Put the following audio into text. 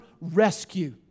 rescue